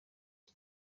iki